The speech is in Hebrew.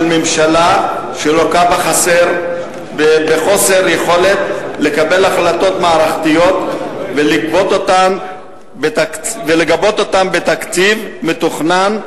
ממשלה שלוקה בחוסר יכולת לקבל החלטות מערכתיות ולגבות אותן בתקציב מתוכנן,